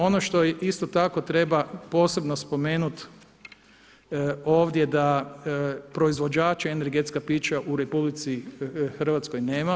Ono što isto tako treba posebno spomenuti ovdje da proizvođači energetska pića u RH nema.